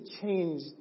change